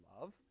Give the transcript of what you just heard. love